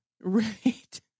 Right